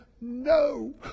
No